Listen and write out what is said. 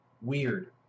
Weird